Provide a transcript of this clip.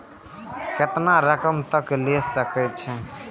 केतना रकम तक ले सके छै?